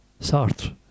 Sartre